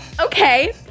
Okay